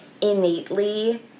innately